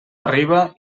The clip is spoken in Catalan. arriba